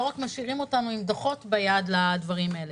רק משאירים אותנו עם דוחות ביד לדברים האלה.